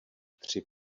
tři